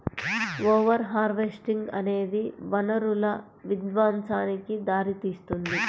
over harvesting అనేది వనరుల విధ్వంసానికి దారితీస్తుంది